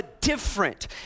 different